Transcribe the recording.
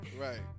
Right